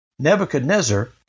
Nebuchadnezzar